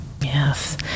Yes